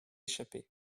échapper